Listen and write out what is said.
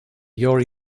your